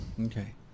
Okay